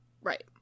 Right